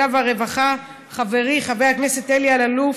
והרווחה חברי חבר הכנסת אלי אלאלוף,